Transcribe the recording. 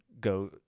go